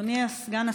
אדוני סגן השר,